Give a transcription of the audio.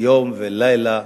יום ולילה,